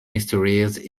mysteries